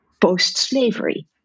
post-slavery